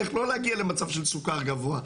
איך לא להגיע למצב של סוכר גבוה,